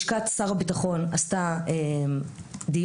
לשכת שר הביטחון עשתה דיון,